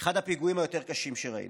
אחד הפיגועים היותר-קשים שראינו.